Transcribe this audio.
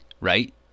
right